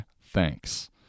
Thanks